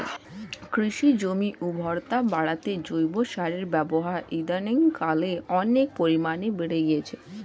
কৃষি জমির উর্বরতা বাড়াতে জৈব সারের ব্যবহার ইদানিংকালে অনেক পরিমাণে বেড়ে গিয়েছে